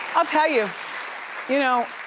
i'll tell you, you know,